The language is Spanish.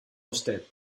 usted